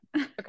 okay